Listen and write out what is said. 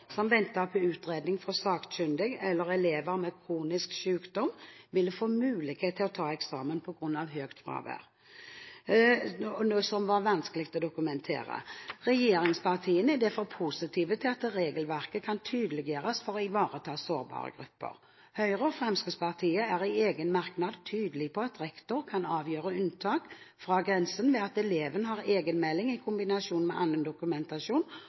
som ventet på utredning fra sakkyndig, eller elever med kronisk sykdom ville få mulighet til å ta eksamen på grunn av for høyt fravær som var vanskelig å dokumentere. Regjeringspartiene er derfor positive til at regelverket kan tydeliggjøres for å ivareta sårbare elevgrupper. Høyre og Fremskrittspartiet er i egen merknad tydelig på at rektor kan avgjøre unntak fra grensen ved at eleven har egenmelding i kombinasjon med annen dokumentasjon.